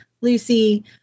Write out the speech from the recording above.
Lucy